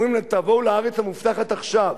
אומרים להם: תבואו לארץ המובטחת עכשיו.